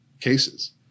cases